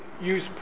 use